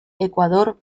ecuador